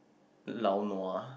lao lua